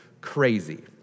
crazy